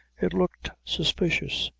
it looked suspicious,